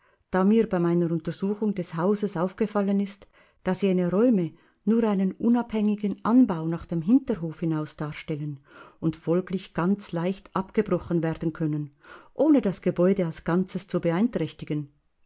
da mir bei meiner untersuchung des hauses aufgefallen ist daß jene räume nur einen unabhängigen anbau nach dem hinterhof hinaus darstellen und folglich ganz leicht abgebrochen werden können ohne das gebäude als ganzes zu beeinträchtigen